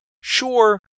Sure